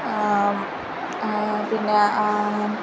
अपि ज्ञा